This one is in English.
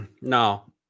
No